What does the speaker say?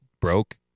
broke